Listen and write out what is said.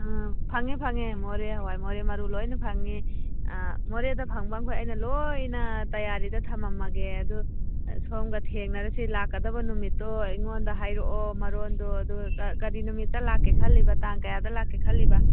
ꯎꯝ ꯐꯪꯉꯦ ꯐꯪꯉꯦ ꯃꯣꯔꯦ ꯍꯋꯥꯏ ꯃꯣꯔꯦ ꯃꯔꯨ ꯂꯣꯏꯅ ꯐꯪꯏ ꯃꯣꯔꯦꯗ ꯐꯪꯕ ꯃꯈꯩ ꯑꯩꯅ ꯂꯣꯏꯅ ꯇꯥꯌꯥꯔꯤꯗ ꯊꯃꯝꯃꯒꯦ ꯑꯗꯨ ꯁꯣꯝꯒ ꯊꯦꯡꯅꯔꯁꯤ ꯂꯥꯛꯀꯗꯕ ꯅꯨꯃꯤꯠꯇꯣ ꯑꯩꯉꯣꯟꯗ ꯍꯥꯏꯔꯛꯑꯣ ꯃꯔꯣꯟꯗꯨ ꯑꯗꯨꯒ ꯀꯔꯤ ꯅꯨꯃꯤꯠꯇ ꯂꯥꯛꯀꯦ ꯈꯜꯂꯤꯕ ꯇꯥꯡ ꯀꯌꯥꯗ ꯂꯥꯛꯀꯦ ꯈꯜꯂꯤꯕ